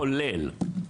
כולל.